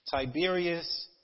Tiberius